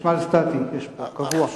חשמל סטטי יש פה, קבוע.